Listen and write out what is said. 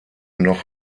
noch